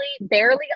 barely